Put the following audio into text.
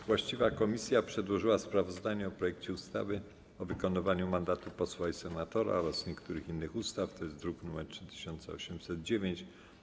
Właściwa komisja przedłożyła sprawozdanie o projekcie ustawy o wykonywaniu mandatu posła i senatora oraz niektórych innych ustaw, druk nr 3809.